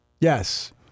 yes